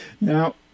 Now